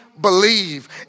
believe